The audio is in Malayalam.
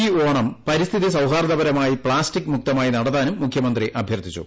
ഈ ഓണം പരിസ്ഥിതി സൌഹാർദ്ദപരമായി പ്ലാസ്റ്റിക് മുക്തമായി നടത്താനും മുഖ്യമന്ത്രി അഭ്യർത്ഥിച്ചു